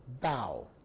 bow